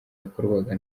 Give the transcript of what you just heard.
yakorwaga